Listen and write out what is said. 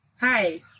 Hi